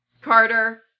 Carter